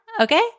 Okay